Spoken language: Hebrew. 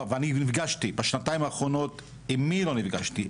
ואני נפגשתי בשנתיים האחרונות, עם מי לא נפגשתי.